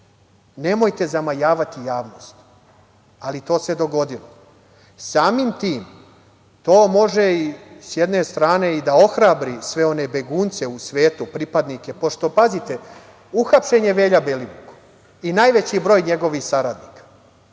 Nemojte zamajavati javnost, ali to se dogodilo. Samim tim to može i, s jedne strane, da ohrabri i sve one begunce u svetu, pošto… Pazite, uhapšen je Velja Belivuk i najveći broj njegovih saradnika,